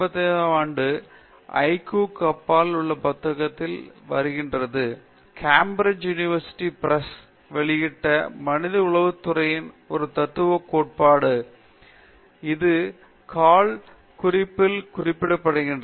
இது 1985 ம் ஆண்டு IQ க்கு அப்பால் அவரது புத்தகத்தில் இருந்து வந்தது கேம்பிரிட்ஜ் பல்கலைக்கழக பிரஸ் வெளியிட்ட மனித உளவுத்துறையின் ஒரு தத்துவக் கோட்பாடு இது கால் குறிப்பில் குறிக்கப்படுகிறது